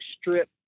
strip